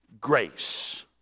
grace